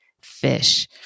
fish